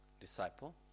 disciple